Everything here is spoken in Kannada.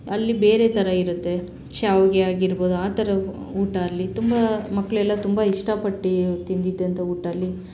ಅಲ್ಲಿ ಬೇರೆ ಥರ ಇರುತ್ತೆ ಶ್ಯಾವಿಗೆ ಆಗಿರ್ಬೋದು ಆ ಥರ ಊಟ ಅಲ್ಲಿ ತುಂಬ ಮಕ್ಕಳೆಲ್ಲ ತುಂಬ ಇಷ್ಟಪಟ್ಟು ತಿಂದಿದ್ದಂಥ ಊಟ ಅಲ್ಲಿ